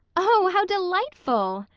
oh, how delightful!